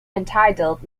entitled